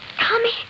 Tommy